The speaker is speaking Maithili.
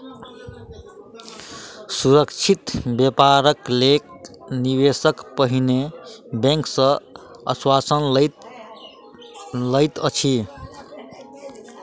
सुरक्षित व्यापारक लेल निवेशक पहिने बैंक सॅ आश्वासन लय लैत अछि